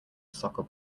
soccer